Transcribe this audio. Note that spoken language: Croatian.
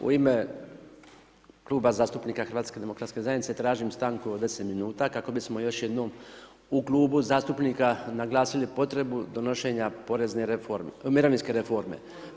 U ime Kluba zastupnika HDZ-a tražim stanku od 10 min kako bismo još jednom u klubu zastupnika naglasili potrebu donošenja mirovinske reforme.